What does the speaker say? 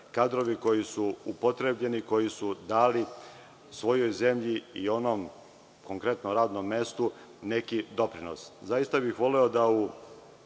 kadrovi koji su upotrebljeni, koji su dali svojoj zemlji i konkretno radnom mestu neki doprinos. Voleo bih da u